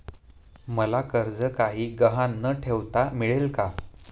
मला कर्ज काही गहाण न ठेवता मिळेल काय?